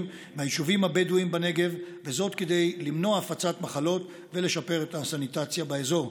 מהיישובים הבדואיים בנגב כדי למנוע הפצת מחלות ולשפר את הסניטציה באזור.